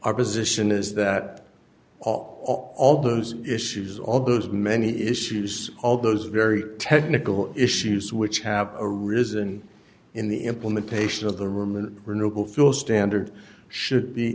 our position is that all all those issues all those many issues all those very technical issues which have arisen in the implementation of the room the renewable fuel standard should be